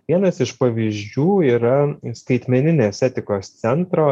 vienas iš pavyzdžių yra skaitmeninės etikos centro